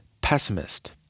pessimist